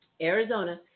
Arizona